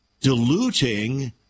diluting